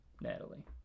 Natalie